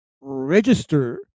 register